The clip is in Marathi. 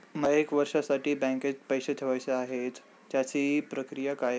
मला एक वर्षासाठी बँकेत पैसे ठेवायचे आहेत त्याची प्रक्रिया काय?